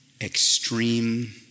extreme